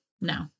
no